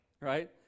Right